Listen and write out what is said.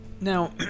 Now